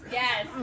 yes